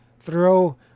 throw